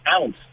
ounce